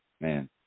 man